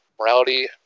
morality